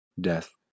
death